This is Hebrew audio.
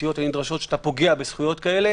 החוקתיות הנדרשות כשאתה פוגע בזכויות כאלה